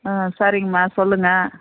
ஆ சரிங்கமா சொல்லுங்க